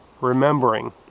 remembering